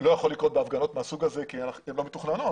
לא יכול לקרות בהפגנות מהסוג הזה כי הן לא מתוכננות,